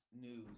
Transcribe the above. News